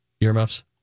earmuffs